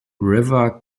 river